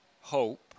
hope